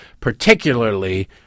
particularly